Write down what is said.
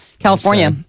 California